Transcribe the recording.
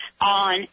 on